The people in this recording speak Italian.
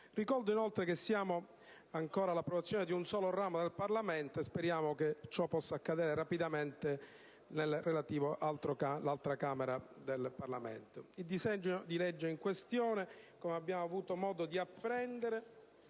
Ricordo, inoltre, che siamo ancora all'approvazione di un solo ramo del Parlamento e speriamo che possa seguire rapidamente anche quella dell'altra Camera. Il disegno di legge in questione, come abbiamo avuto modo di apprendere